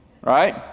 Right